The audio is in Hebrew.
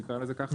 נקרא לזה ככה.